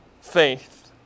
faith